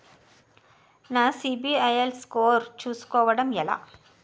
నా సిబిఐఎల్ స్కోర్ చుస్కోవడం ఎలా?